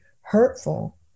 hurtful